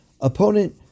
opponent